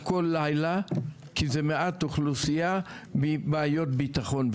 כמעט כל לילה כי זה מעט אוכלוסייה עם בעיות ביטחון.